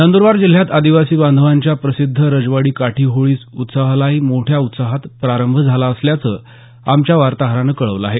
नंदुरबार जिल्ह्यात आदिवासी बांधवांच्या प्रसिद्ध रजवाडी काठी होळी उत्सवालाही मोठ्या उत्साहात प्रारंभ झाला असल्याचं आमच्या वार्ताहरानं कळवलं आहे